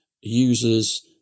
Users